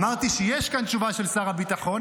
אמרתי שיש כאן תשובה של שר הביטחון,